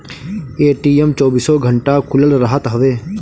ATM चौबीसो घंटा खुलल रहत हवे